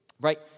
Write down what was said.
right